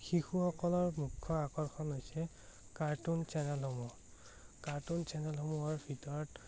শিশুসকলৰ মুখ্য আকৰ্ষণ হৈছে কাৰ্টুন চেনেলসমূহ কাৰ্টুন চেনেলসমূহৰ ভিতৰত